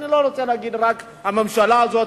אני לא רוצה להגיד רק הממשלה הזאת,